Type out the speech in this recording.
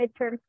midterm